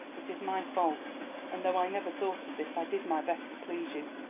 it is my fault and though i never thought of this, i did my best to please you.